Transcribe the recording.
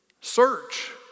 search